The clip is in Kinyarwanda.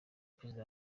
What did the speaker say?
perezida